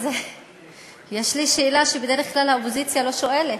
אז יש לי שאלה שבדרך כלל האופוזיציה לא שואלת: